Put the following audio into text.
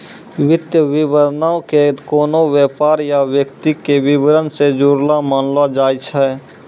वित्तीय विवरणो के कोनो व्यापार या व्यक्ति के विबरण से जुड़लो मानलो जाय छै